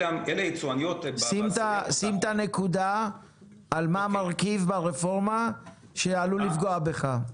אלה יצואניות --- שים את הנקודה על מה המרכיב ברפורמה שעלול לפגוע בך.